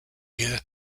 year